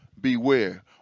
Beware